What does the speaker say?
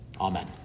Amen